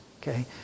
Okay